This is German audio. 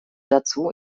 dazu